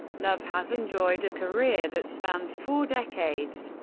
love has enjoyed a career that spans four decades.